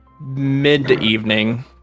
mid-evening